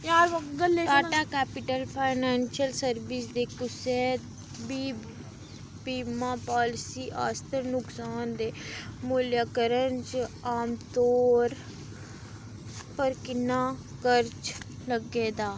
Tata capital financial services दी कुसै बी बीमा पालिसी आस्तै नुकसान दे मूल्यांकरन च आमतौरा पर किन्ना चिर लग्गे दा